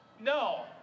No